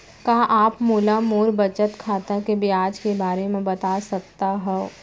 का आप मोला मोर बचत खाता के ब्याज के बारे म बता सकता हव?